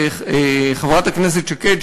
חברת הכנסת שקד,